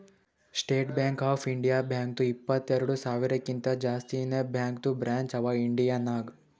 state Bank of India ಬ್ಯಾಂಕ್ದು ಇಪ್ಪತ್ತೆರೆಡ್ ಸಾವಿರಕಿಂತಾ ಜಾಸ್ತಿನೇ ಬ್ಯಾಂಕದು ಬ್ರ್ಯಾಂಚ್ ಅವಾ ಇಂಡಿಯಾ ನಾಗ್